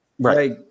Right